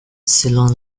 selon